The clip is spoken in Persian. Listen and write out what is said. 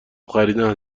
خریدن